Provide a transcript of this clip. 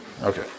Okay